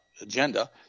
agenda